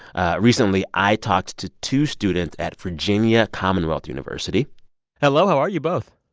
ah recently, i talked to two students at virginia commonwealth university hello. how are you both?